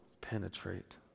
penetrate